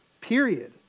Period